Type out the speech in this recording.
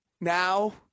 Now